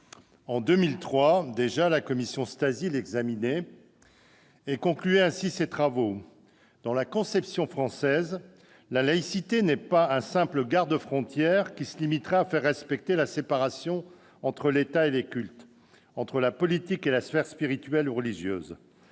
En 2003, déjà, la commission Stasi l'examinait et concluait ainsi ses travaux :« Dans la conception française, la laïcité n'est pas un simple " garde-frontière " qui se limiterait à faire respecter la séparation entre l'État et les cultes, entre la politique et la sphère spirituelle ou religieuse.